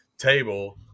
table